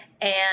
And-